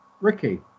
Ricky